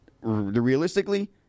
Realistically